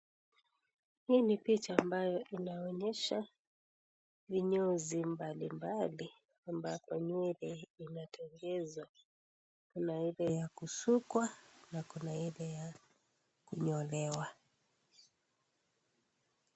Hii ni picha ambayo inaonyesha, vinyozi mbali mbali, ambapo nywele inatengezwa. Kuna Ile ya kushukwa na kuna Ile ya kunyolewa.